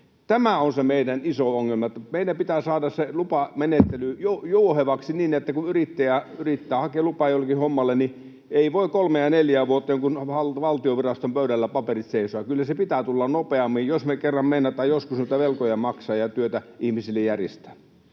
Tämä on se meidän iso ongelmamme, että meidän pitää saada se lupamenettely jouhevaksi niin, että kun yrittäjä yrittää hakea lupaa jollekin hommalle, niin eivät paperit seiso kolmea neljää vuotta jonkun valtionviraston pöydällä. Kyllä sen pitää tulla nopeammin, jos me kerran meinataan joskus näitä velkoja maksaa ja työtä ihmisille järjestää.